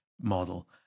model